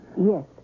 Yes